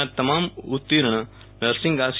ના તમામ ઉતીર્ણ નર્સિંગ આસી